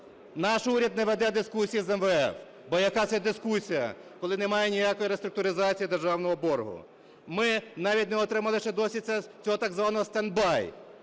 Наш уряд не веде дискусій з МВФ, бо яка це дискусія, коли немає ніякої реструктуризації державного боргу? Ми навіть не отримали ще досі цього так званого "стенд-бай",